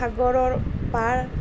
সাগৰৰ পাৰ